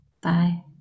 Bye